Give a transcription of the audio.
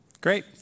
Great